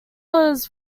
was